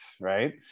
right